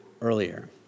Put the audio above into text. earlier